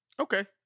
Okay